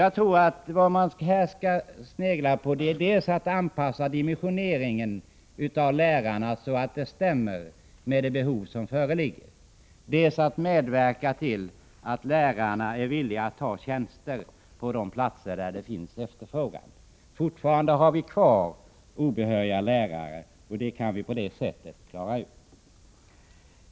Jag tror emellertid att vi måste dels anpassa dimensioneringen av antalet lärare så att det stämmer med föreliggande behov, dels medverka till att lärarna är villiga att ta tjänster på de platser där det är efterfrågan. Det finns fortfarande obehöriga lärare, och det problemet kan lösas på detta sätt.